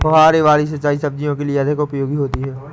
फुहारे वाली सिंचाई सब्जियों के लिए अधिक उपयोगी होती है?